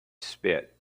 spit